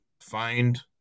find